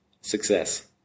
Success